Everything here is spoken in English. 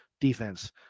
defense